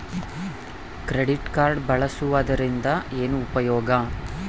Credit card ಬಳಸುವದರಿಂದ ಏನು ಉಪಯೋಗ?